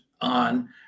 on